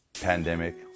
pandemic